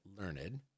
learned